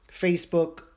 Facebook